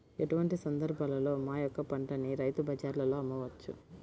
ఎటువంటి సందర్బాలలో మా యొక్క పంటని రైతు బజార్లలో అమ్మవచ్చు?